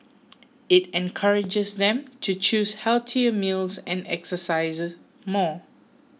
it encourages them to choose healthier meals and exercise more